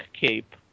cape